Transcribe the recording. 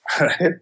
right